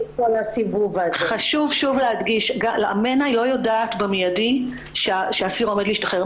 חשוב להדגיש שהמנע לא יודעת במיידי שהאסיר עומד להשתחרר.